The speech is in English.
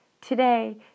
today